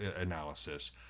analysis